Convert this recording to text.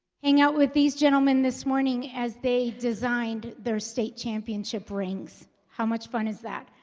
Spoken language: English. hang out with these gentlemen this morning as they designed their state championship rings how much fun is that?